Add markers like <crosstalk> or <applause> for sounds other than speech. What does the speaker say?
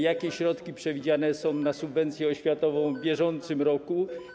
Jakie środki przewidziane są na subwencję <noise> oświatową w bieżącym roku?